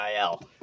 IL